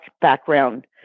background